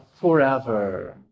forever